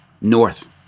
north